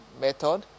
method